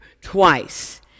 twice